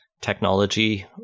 technology